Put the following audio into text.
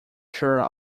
sure